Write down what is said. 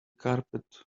carpet